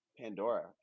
Pandora